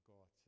God